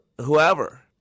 whoever